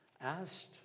asked